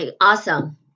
Awesome